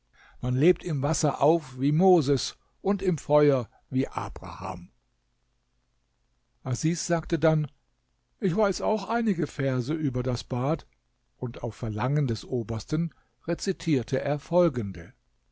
man lebt im wasser auf wie moses und im feuer wie abraham asis sagte dann ich weiß auch einige verse über das bad und auf verlangen des obersten rezitierte er folgende